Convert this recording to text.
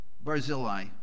Barzillai